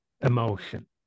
emotion